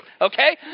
okay